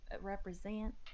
represent